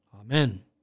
Amen